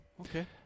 okay